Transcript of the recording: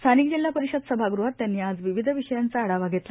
स्थानिक जिल्हा परिषद सभागृहात त्यांनी आज विविध विषयांचा आढावा घेतला